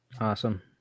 Awesome